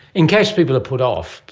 in case people are put off,